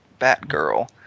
Batgirl